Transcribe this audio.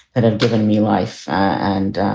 and have given me life and